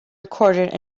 recorded